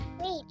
Wait